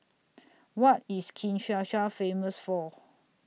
What IS Kinshasa Famous For